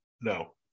No